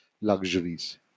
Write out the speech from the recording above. luxuries